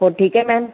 ਹੋਰ ਠੀਕ ਹੈ ਮੈਮ